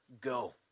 go